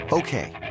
Okay